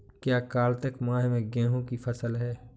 क्या कार्तिक मास में गेहु की फ़सल है?